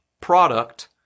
product